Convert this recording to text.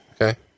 okay